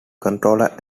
controller